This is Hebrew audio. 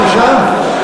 בבקשה?